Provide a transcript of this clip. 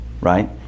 right